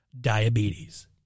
diabetes